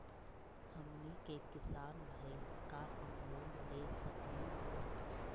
हमनी के किसान भईल, का हम लोन ले सकली हो?